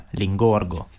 l'ingorgo